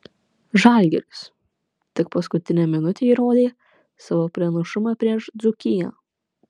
žalgiris tik paskutinę minutę įrodė savo pranašumą prieš dzūkiją